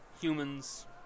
Humans